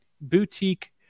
boutique